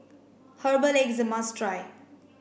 herbal egg is a must try